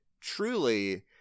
truly